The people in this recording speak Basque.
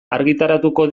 argitaratuko